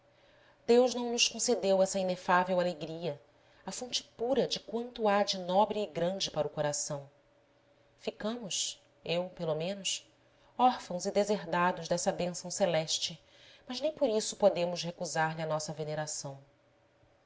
deus não nos concedeu essa inefável alegria a fonte pura de quanto há de nobre e grande para o coração ficamos eu pelo menos órfãos e deserdados dessa bênção celeste mas nem por isso podemos recusar-lhe a nossa veneração